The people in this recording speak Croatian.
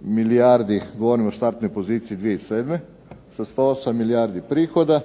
milijardi, govorim o startnoj poziciji 2007., sa 108 milijardi prihoda